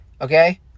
okay